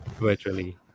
virtually